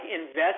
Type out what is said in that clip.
invest